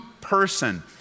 person